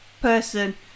person